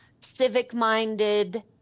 civic-minded